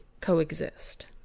coexist